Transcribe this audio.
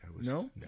No